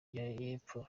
y’epfo